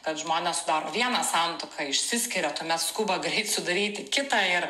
kad žmonės sudaro vieną santuoką išsiskiria tuomet skuba greit sudaryti kitą ir